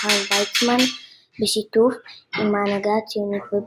חיים ויצמן בשיתוף עם ההנהגה הציונית בבריטניה.